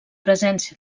presència